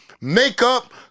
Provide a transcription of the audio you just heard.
makeup